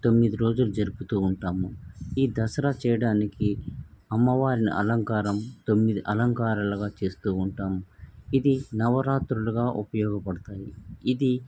తొమ్మిది రోజులు జరుపుతూ ఉంటాము ఈ దసరా చేయడానికి అమ్మవారిని అలంకారం తొమ్మిది అలంకారాలుగా చేస్తూ ఉంటాము ఇది నవరాత్రులుగా ఉపయోగపడుతుంది ఇది